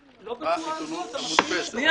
עישון.